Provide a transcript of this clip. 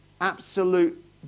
absolute